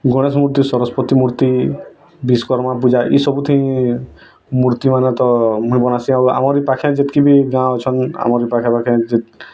ଗଣେଶ ମୂର୍ତ୍ତି ସରସ୍ୱତୀ ମୂର୍ତ୍ତି ବିଶ୍ୱକର୍ମା ପୂଜା ଏ ସବୁଠି ମୂର୍ତ୍ତିମାନ ତ ମୁଇଁ ବନାସି ଆଉ ଆମର ବି ପାଖେଁ ଯେତ୍କି ବି ଗାଁ ଅଛନ୍ ଆମର୍ ପାଖାପାଖି